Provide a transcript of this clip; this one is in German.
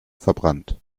verbrannt